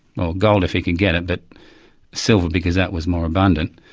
well gold if he could get it, but silver because that was more abundant,